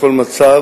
בכל מצב,